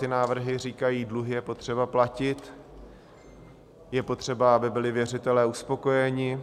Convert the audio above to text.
Oba návrhy říkají: Dluhy je potřeba platit, je potřeba, aby byli věřitelé uspokojeni.